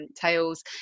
tales